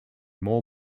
more